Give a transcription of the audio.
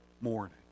morning